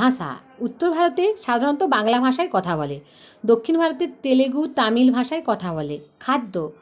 ভাষা উত্তর ভারতে সাধারণত বাংলা ভাষায় কথা বলে দক্ষিণ ভারতে তেলেগু তামিল ভাষায় কথা বলে খাদ্য